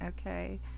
Okay